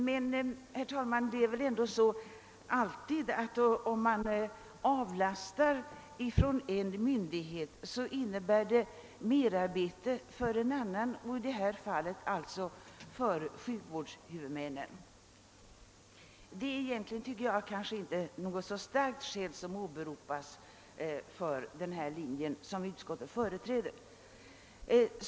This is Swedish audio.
Men, herr talman, det är väl alltid så, att om man avlastar arbetsuppgifter från en myndighet, så innebär det merarbete för en annan instans — i detta fall för sjukvårdshuvudmännen. Det är egentligen, tycker jag, inte något starkt skäl som åberopas för den linje utskottet företräder.